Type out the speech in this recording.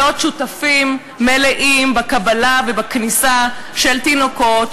שותפים מלאים בקבלה ובכניסה של תינוקות,